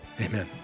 Amen